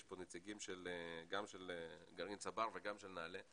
כאן נציגים של גרעין "צבר" וגם של נעל"ה.